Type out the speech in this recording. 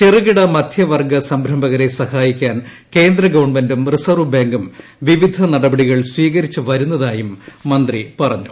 ചെറുകിട മധ്യവർഗ്ഗു സംരംഭകരെ സഹായിക്കാൻ കേന്ദ്രഗവൺമെന്റും റിസർവ്വ് ബാങ്കും വിവിധ നടപടികൾ സ്വീകരിച്ചുവരുന്നതായും മന്ത്രി പറഞ്ഞു